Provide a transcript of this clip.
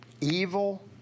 evil